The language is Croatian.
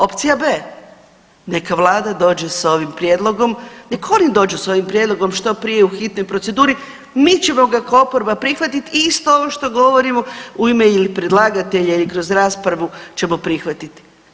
Opcija b) neka Vlada dođe sa ovim prijedlogom, nek' oni dođu sa ovim prijedlogom što prije u hitnoj proceduri mi ćemo ga kao oporba prihvatiti i isto ovo što govorimo u ime ili predlagatelja ili kroz raspravu ćemo prihvatiti.